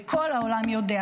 וכל העולם יודע.